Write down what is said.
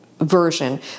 version